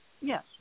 Yes